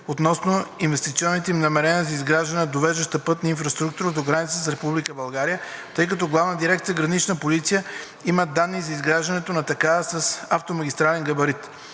относно инвестиционните им намерения за изграждане на довеждащата пътна инфраструктура до границата с Република България, тъй като Главна дирекция „Гранична полиция“ имат данни за изграждане на такава с автомагистрален габарит.